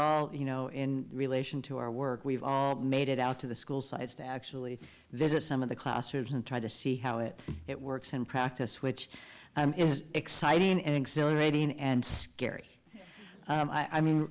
all you know in relation to our work we've all made it out to the school sites to actually visit some of the classrooms and try to see how it it works in practice which is exciting and exhilarating and scary i mean